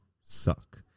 suck